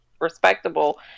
respectable